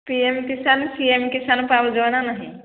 P M Kisan C M Kisan ପାଉଛ ନା ନାହିଁ